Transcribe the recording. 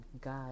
God